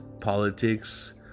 politics